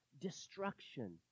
destruction